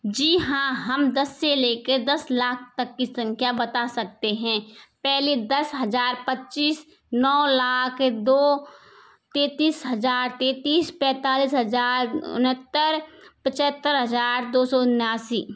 जी हाँ हम दस से लेके दस लाख तक की संख्या बता सकते हैं पहले दस हज़ार पच्चीस नौ लाख दो तैंतीस हज़ार तैंतीस पैंतालिस हज़ार उनहत्तर पचहत्तर हज़ार दो सौ उनासी